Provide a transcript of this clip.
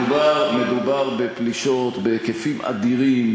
מדובר בפלישות בהיקפים אדירים,